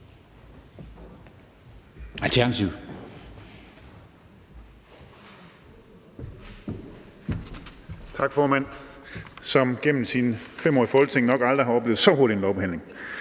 ordfører, som gennem sine 5 år i Folketinget nok aldrig har oplevet så hurtig en lovbehandling.